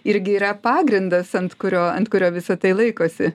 irgi yra pagrindas ant kurio ant kurio visa tai laikosi